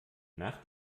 nach